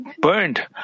burned